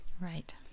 Right